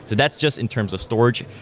that's just in terms of storage.